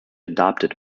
adopted